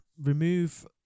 remove